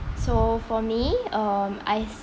so for me um I